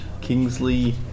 Kingsley